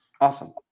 Awesome